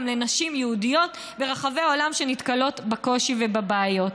לנשים יהודיות ברחבי העולם שנתקלות בקושי ובבעיות.